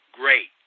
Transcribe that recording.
great